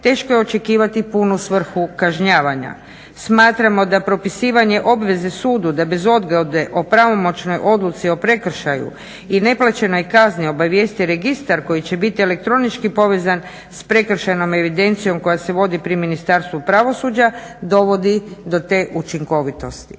teško je očekivati punu svrhu kažnjavanja. Smatramo da propisivanje obveze sudu da bez odgode o pravomoćnoj odluci o prekršaju i neplaćenoj kazni obavijesti registar koji će biti elektronički povezan s prekršajnom evidencijom koja se vodi pri Ministarstvu pravosuđa dovodi do te učinkovitosti.